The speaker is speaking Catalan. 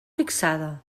fixada